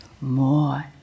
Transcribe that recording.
more